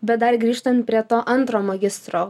bet dar grįžtant prie to antro magistro